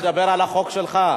הוא מדבר על החוק שלך.